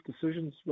decisions